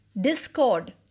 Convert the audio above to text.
discord